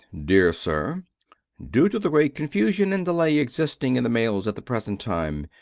dear sir due to the great confusion and delay existing in the mails at the present time,